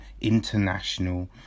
International